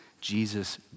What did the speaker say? Jesus